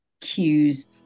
cues